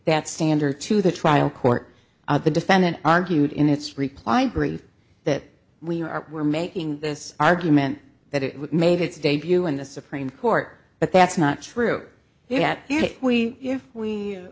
that standard to the trial court of the defendant argued in its reply brief that we are were making this argument that it made its debut in the supreme court but that's not true yet if we if we